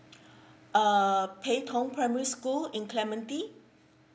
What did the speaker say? err pei tong primary school in clementi